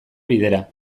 bidera